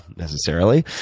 necessarily.